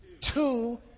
two